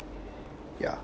ya